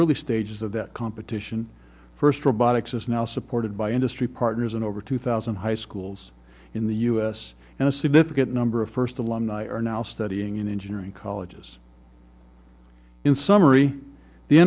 early stages of that competition first robotics is now supported by industry partners and over two thousand high schools in the us and a significant number of first alumni are now studying in engineering colleges in summary the